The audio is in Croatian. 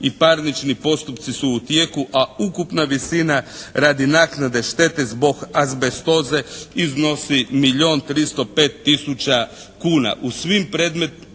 i parnični postupci su u tijeku, a ukupna visina radi naknade štete zbog azbestoze iznosi milijun 305 tisuća kuna.